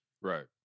Right